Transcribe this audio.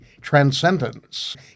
transcendence